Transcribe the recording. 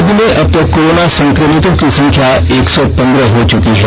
राज्य में अब तक कोरोना संक्रमितों की संख्या एक सौ पंद्रह हो चुकी है